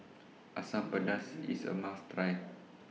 Asam Pedas IS A must Try